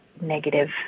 negative